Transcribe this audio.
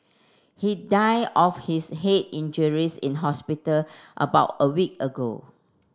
he died of his head injuries in hospital about a week ago